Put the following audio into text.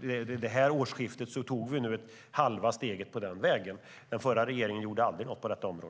Vid detta årsskifte tog vi halva steget på denna väg. Den förra regeringen gjorde aldrig något på detta område.